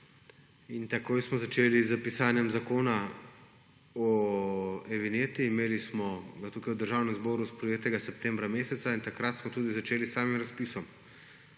in takoj smo začeli s pisanjem Zakona o vinjeti. Imeli smo ga tukaj v Državnem zboru sprejetega septembra meseca in takrat smo tudi začeli s samim razpisom.